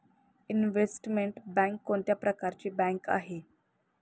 Investment bank कोणत्या प्रकारची bank आहे?